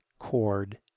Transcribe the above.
chord